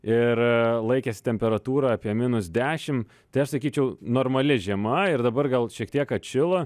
ir laikės temperatūra apie minus dešim tai aš sakyčiau normali žiema ir dabar gal šiek tiek atšilo